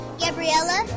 Gabriella